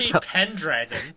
Pendragon